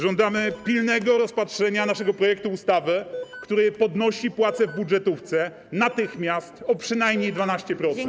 Żądamy pilnego rozpatrzenia naszego projektu ustawy, który podnosi płace w budżetówce natychmiast, o przynajmniej 12%.